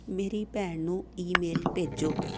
ਮੇਰੀ ਭੈਣ ਨੂੰ ਈਮੇਲ ਭੇਜੋ